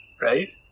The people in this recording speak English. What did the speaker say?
right